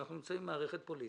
אנחנו נמצאים במערכת פוליטית,